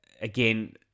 again